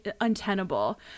untenable